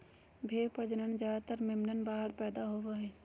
भेड़ प्रजनन ज्यादातर मेमने बाहर पैदा होवे हइ